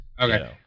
Okay